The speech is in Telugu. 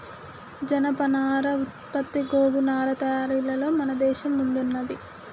జనపనార ఉత్పత్తి గోగు నారా తయారీలలో మన దేశం ముందున్నది